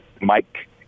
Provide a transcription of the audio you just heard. Mike